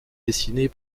dessinée